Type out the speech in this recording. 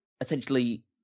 essentially